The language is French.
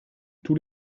tous